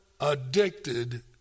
addicted